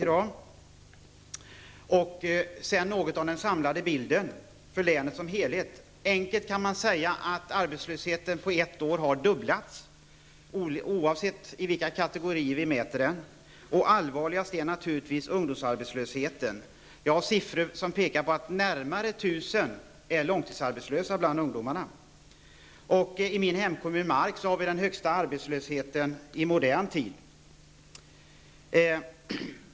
När det gäller den samlade bilden av länet kan man helt enkelt säga att arbetslösheten på ett år har fördubblats, oavsett vilka kategorier som det är fråga om. Allvarligast är naturligtvis ungdomsarbetslösheten. Jag har siffror som tyder på att närmare 1 000 ungdomar är långtidsarbetslösa. I min hemkommun Mark har vi den högsta arbetslösheten i modern tid.